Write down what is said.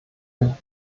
ein